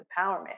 empowerment